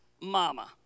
mama